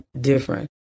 different